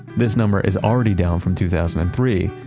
this number is already down from two thousand and three,